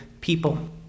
people